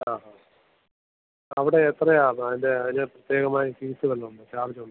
ആ ആ അവിടെ എത്രയാണ് മാനിൻ്റെ അതിന് പ്രത്യേകമായി ഫീസ് വല്ലതും ഉണ്ടോ ചാർജുണ്ടോ